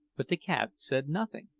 but the cat said nothing.